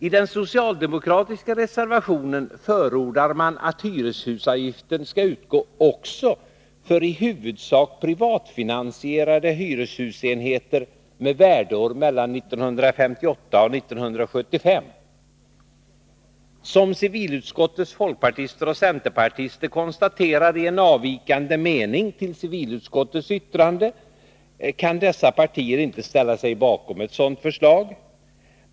I den socialdemokratiska reservationen förordar man att hyreshusavgiften skall utgå också för i huvudsak privatfinansierade hyreshusenheter med värdeår mellan 1958 och 1974. Som civilutskottets folkpartister och centerpartister konstaterar i en avvikande mening till civilutskottets yttrande kan dessa partier inte ställa sig bakom ett sådant förslag.